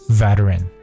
veteran